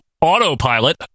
autopilot